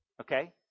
Okay